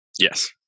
Yes